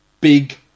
Big